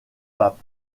pape